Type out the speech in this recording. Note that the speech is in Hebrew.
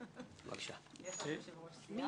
יש לנו יושב-ראש סיעה.